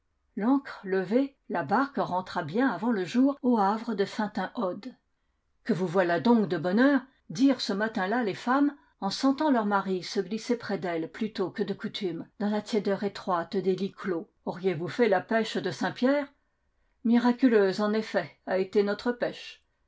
l'ancre levée la barque rentra bien avant le jour au havre de feuntun od que vous voilà donc de bonne heure dirent ce matin-là les femmes en sentant leurs maris se glisser près d'elles plus tôt que de coutume dans la tiédeur étroite des lits clos auriez vous fait la pêche de saint pierre miraculeuse en effet a été notre pêche